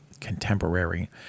contemporary